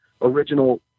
original